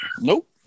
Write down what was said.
Nope